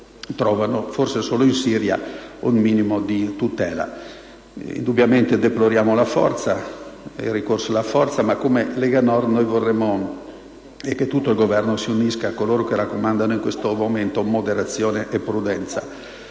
forse solo in Siria un minimo di tutela. Indubbiamente, deploriamo il ricorso alla forza e, come Lega Nord, vorremmo che l'intero Governo si unisse a coloro che raccomandano in questo momento moderazione e prudenza.